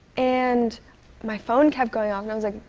and my phone kept going off and i was like,